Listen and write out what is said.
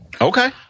Okay